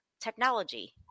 technology